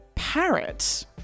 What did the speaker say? parrot